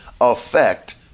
affect